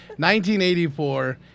1984